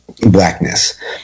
blackness